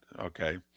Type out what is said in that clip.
okay